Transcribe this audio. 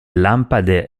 lampade